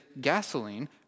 gasoline